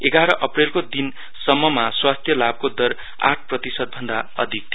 एघार अप्रेलको दिन सम्ममा स्वास्थ्यलाभको दर आठ प्रतिशत भन्दा अधिक थियो